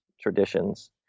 traditions